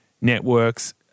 networks